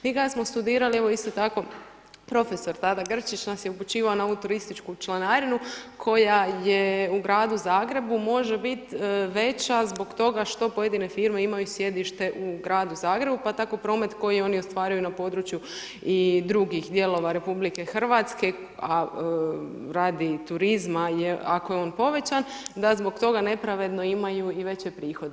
Mi kada smo studirali evo isto tako profesor tada Grčić nas je upućivao na ovu turističku članarinu koja je u gradu Zagrebu može biti veća za toga što pojedine firme imaju sjedište u gradu Zagrebu pa tako promet koji oni ostvaruju na području i drugih dijelova RH a radi turizma ako je on povećan da zbog toga nepravedno imaju i veće prihode.